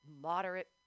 moderate